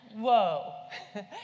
Whoa